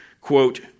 quote